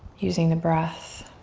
using the breath